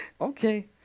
Okay